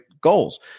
goals